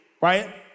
right